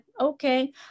okay